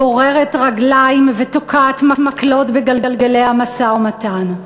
גוררת רגליים ותוקעת מקלות בגלגלי המשא-ומתן.